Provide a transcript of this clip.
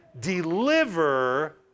deliver